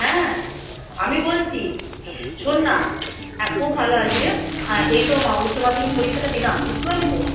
হ্যাঁ আমি বলছি শোন না হ্যাঁ খুব ভালো আছি রে এই তো উচ্চ মাধ্যমিক পরীক্ষাটা দিলাম বুঝতে পারলি তো